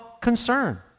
concern